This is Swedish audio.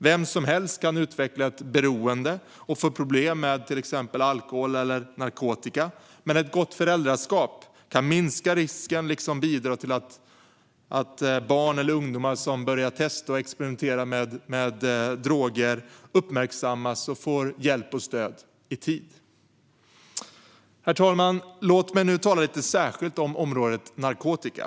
Vem som helst kan utveckla ett beroende och få problem med till exempel alkohol eller narkotika. Men ett gott föräldraskap kan minska risken liksom bidra till att barn eller ungdomar som börjar testa och experimentera med droger uppmärksammas och får hjälp och stöd i tid. Herr talman! Låt mig nu tala lite särskilt om området narkotika.